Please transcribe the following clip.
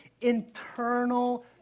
internal